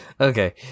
Okay